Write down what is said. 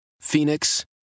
phoenix